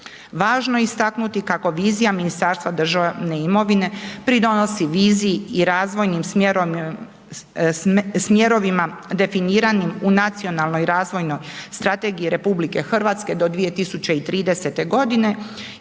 Važno je istaknuti kako vizija Ministarstva državne imovine pridonosi viziji i razvojnim smjerovima definiranim u nacionalnoj razvojnoj strategiji RH do 2030.g. i